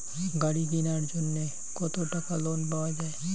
গাড়ি কিনার জন্যে কতো টাকা লোন পাওয়া য়ায়?